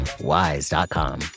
WISE.com